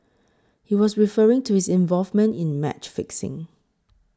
he was referring to his involvement in match fixing